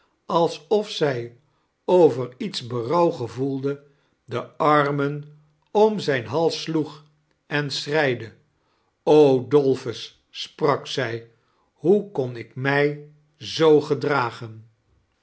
alsof zij over iets berouw gevoeldei de armen om zijn hols sloeg en schreide dolphus sprak zij hoe kom ik mij zoo gedragen